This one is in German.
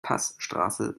passstraße